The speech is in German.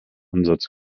ansatz